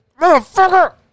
Motherfucker